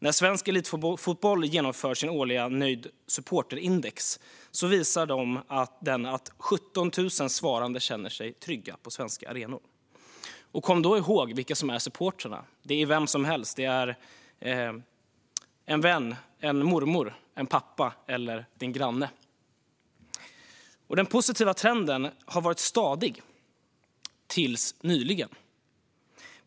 När svensk elitfotboll genomför sin årliga nöjd-supporter-index visar den att 17 000 svarande känner sig trygga på svenska arenor. Och kom då ihåg vilka som är supportrarna! Det är vem som helst. Det är en vän, en mormor, en pappa eller en granne. Den positiva trenden har varit stadig till nyligen.